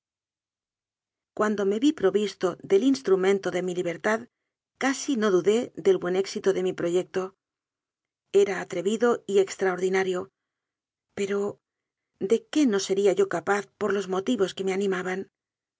cuando me vi provisto del instrumento de mi li bertad casi no dudé del buen éxito de mi proyec to era atrevido y extraordinario pero de qué no sería yo capaz por los motivos que me anima